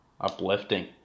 uplifting